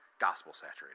gospel-saturated